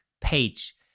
Page